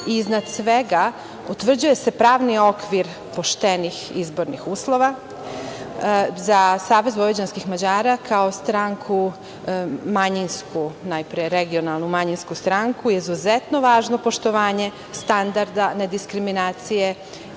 i iznad svega utvrđuje se pravni okvir poštenih izbornih uslova. Za Savez vojvođanskih Mađara kao stranku manjinsku, najpre regionalnu manjinsku stranku, izuzetno je važno poštovanje standarda nediskriminacije